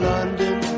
London